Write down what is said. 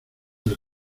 del